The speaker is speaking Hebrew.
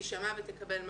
תשמע ותקבל מקום.